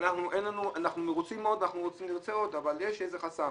והם מרוצים מאוד וירצו עוד אבל יש איזה חסם